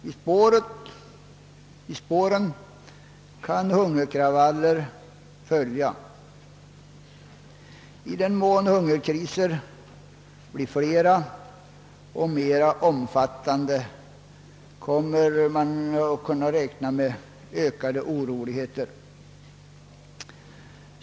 I spåren kan hungerkravaller följa. I den mån hungerkriser blir flera och mer omfattande kan man räkna med ökade oroligheter.